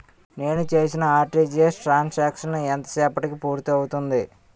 నేను చేసిన RTGS transaction ఎంత సేపటికి పూర్తి అవుతుంది?